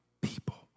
people